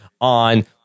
on